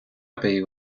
abbey